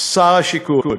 שר השיכון.